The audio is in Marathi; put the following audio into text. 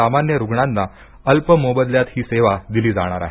सामान्य रुग्णांना अल्प मोबदल्यात ही सेवा दिली जाणार आहे